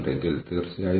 എന്താണ് അവരുടെ കാലാവധി